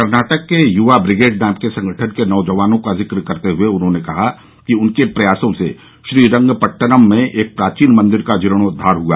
कर्नाटक के युवा ब्रिगेड नाम के संगठन के नौजवानों का जिक्र करते हुए उन्होंने कहा कि उनके प्रयासों से श्रीरंगपट्टनम में एक प्राचीन मंदिर का जीर्णोद्वार हुआ